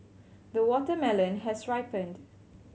the watermelon has ripened